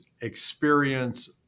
experience